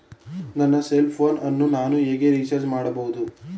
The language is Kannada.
ನನ್ನ ಸೆಲ್ ಫೋನ್ ಅನ್ನು ನಾನು ಹೇಗೆ ರಿಚಾರ್ಜ್ ಮಾಡಬಹುದು?